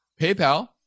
PayPal